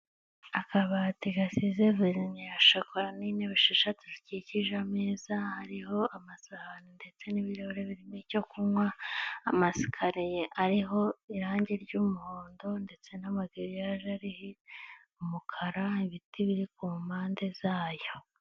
Akabati gasize verine ya shokora n'intebe esheshatu zikikije ameza, hariho amasahani ndetse n'ibirahure birimo icyo kunywa, amasikariye ariho irangi ry'umuhondo ndetse n'amagiriyaje airho umukara ibiti biri ku mpande zayo.